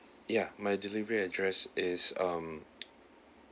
ya my delivery address is um